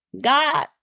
God